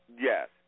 Yes